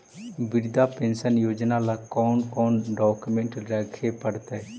वृद्धा पेंसन योजना ल कोन कोन डाउकमेंट रखे पड़तै?